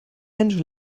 mensch